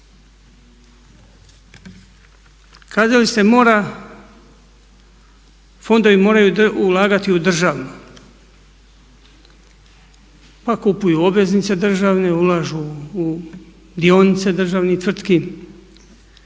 Kazali ste mora, fondovi moraju ulagati u državno, pa kupuju obveznice državne, ulažu u dionice državnih tvrtki